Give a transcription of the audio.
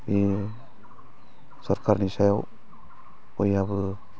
बे सरखारनि सायाव बयहाबो